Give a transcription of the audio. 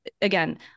again